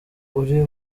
uri